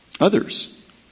others